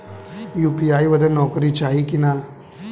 UPI बदे नौकरी चाही की ना?